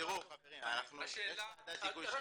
תראו חברים, יש ועדת היגוי --- בסדר,